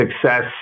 success